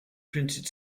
printed